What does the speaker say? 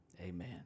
amen